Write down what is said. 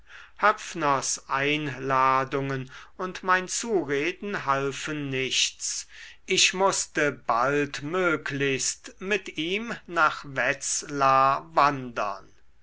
höpfners einladungen und mein zureden halfen nichts ich mußte baldmöglichst mit ihm nach wetzlar wandern